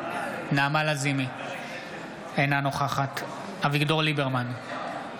אינה נוכחת אביגדור ליברמן,